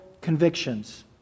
convictions